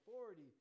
authority